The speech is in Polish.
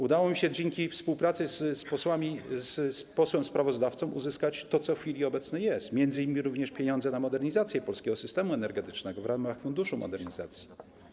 Udało mi się dzięki współpracy z posłem sprawozdawcą uzyskać to, co jest w chwili obecnej, m.in. również pieniądze na modernizację polskiego systemu energetycznego w ramach funduszu modernizacji.